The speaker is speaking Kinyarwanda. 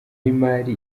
y’imari